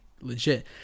legit